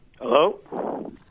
Hello